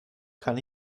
kann